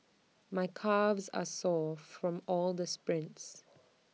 my calves are sore from all the sprints